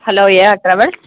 hello ar travels